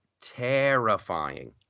terrifying